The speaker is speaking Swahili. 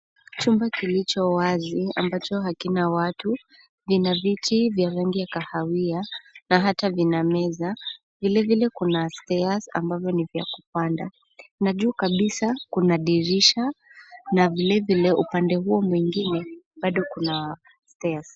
Chumba kilicho wazi ambacho hakina watu, lina viti vya rangi ya kahawia na hata vina meza vilevile kuna stairs ambavyo ni vya kupanda. Na juu kabisa kuna dirisha, na vilevile upande huo mwingine bado kuna stairs .